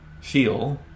feel